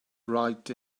right